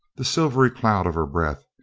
the silvery cloud of her breath,